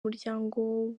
muryango